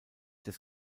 des